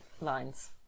lines